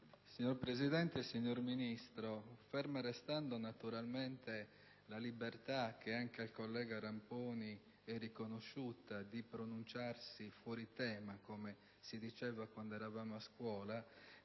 Signor Presidente, signor Ministro, ferma restando naturalmente la libertà che anche al collega Ramponi è riconosciuta di pronunciarsi fuori tema (come si diceva quando eravamo a scuola),